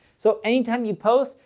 so anytime you post,